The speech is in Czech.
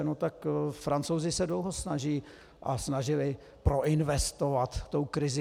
No tak Francouzi se dlouho snažili proinvestovat tou krizí.